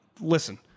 Listen